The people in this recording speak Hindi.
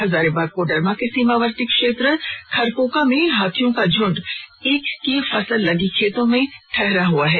हजारीबाग कोडरमा के सीमावर्ती क्षेत्र खरपोका में हाथियों का झुंड ईख फसल लगी खेतों में ठहरा हुआ है